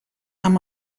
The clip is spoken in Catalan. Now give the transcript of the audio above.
amb